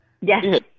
yes